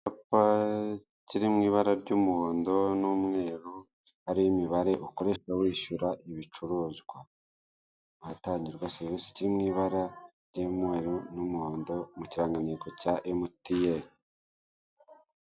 Kiri mu ibara ry’umuhondo n’umweru, hari imibare ukoresha wishyura ibicuruzwa cyangwa utanga ubwishyu kuri serivisi. Iri mu ibara ry’umuhondo n’umweru mu kirangantego cya Emutiyeni.